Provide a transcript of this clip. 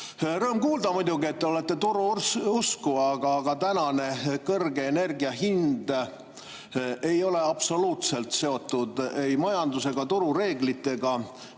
Rõõm kuulda muidugi, et te olete turu usku, aga tänane kõrge energia hind ei ole absoluutselt seotud ei majandus‑ ega turureeglitega.